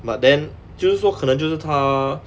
but then 就是说可能就是他